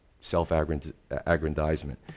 self-aggrandizement